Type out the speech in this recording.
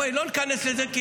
בואי, לא ניכנס לזה.